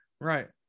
Right